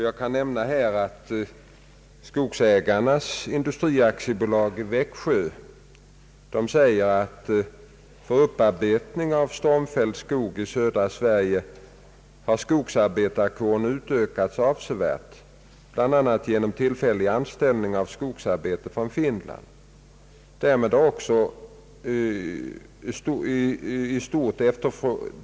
Jag kan nämna att Skogsägarnas industriaktiebolag i Växjö säger: »För upparbetning av stormfälld skog i södra Sverige har skogsarbetarkåren utökats avsevärt, bland annat genom tillfällig anställning av skogsarbetare från Finland.